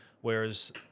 Whereas